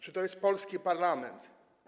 Czy to jest polski parlament?